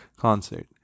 concert